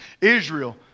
Israel